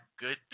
good